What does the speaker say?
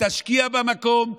תשקיע במקום,